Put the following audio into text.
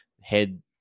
head